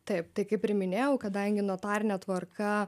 taip tai kaip ir minėjau kadangi notarine tvarka